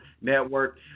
Network